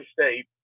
state